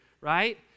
right